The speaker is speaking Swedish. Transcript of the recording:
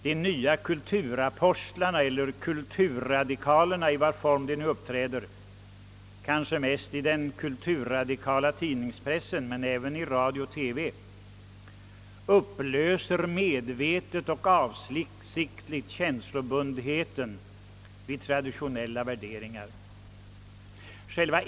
De nya kulturapostlarna eller kulturradikalerna, som kanske mest uppträder i den kulturradikala pressen men även i radio och TV, upplöser medvetet och avsiktligt känslobundenheten vid traditionella värderingar.